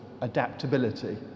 adaptability